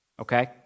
okay